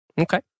Okay